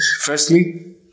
Firstly